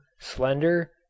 slender